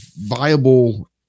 viable